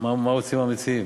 מה רוצים המציעים?